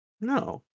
No